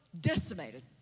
decimated